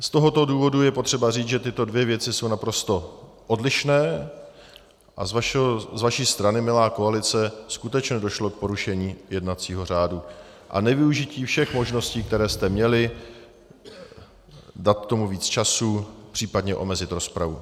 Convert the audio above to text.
Z tohoto důvodu je potřeba říct, že tyto dvě věci jsou naprosto odlišné a z vaší strany, milá koalice, skutečně došlo k porušení jednacího řádu a nevyužití všech možností, které jste měli, dát tomu víc času, příp. omezit rozpravu.